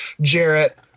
Jarrett